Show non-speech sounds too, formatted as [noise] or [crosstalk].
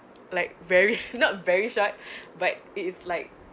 like very not very short [breath] but it's like